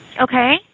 Okay